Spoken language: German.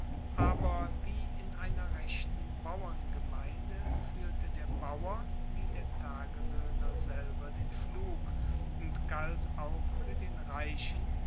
aber wie in einer rechten bauerngemeinde fuehrte der bauer wie der tageloehner selber den pflug und galt auch fuer den reichen